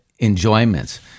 enjoyments